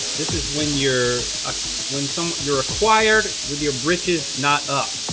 this is when you're when some you're acquired with your britches not up.